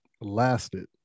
lasted